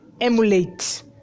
emulate